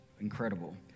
incredible